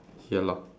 ya lah